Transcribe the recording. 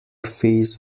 fees